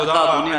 תודה רבה.